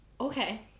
Okay